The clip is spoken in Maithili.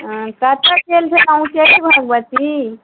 हँ कतऽ गेल छलहुँ उच्चैठ भगवती